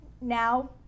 now